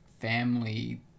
family